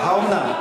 האומנם?